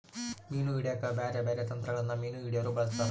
ಮೀನು ಹಿಡೆಕ ಬ್ಯಾರೆ ಬ್ಯಾರೆ ತಂತ್ರಗಳನ್ನ ಮೀನು ಹಿಡೊರು ಬಳಸ್ತಾರ